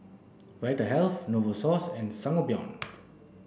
Vitahealth Novosource and Sangobion